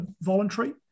voluntary